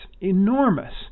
enormous